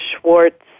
Schwartz